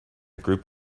group